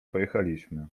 pojechaliśmy